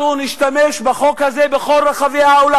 אנחנו נשתמש בחוק ועדות הקבלה בכל רחבי העולם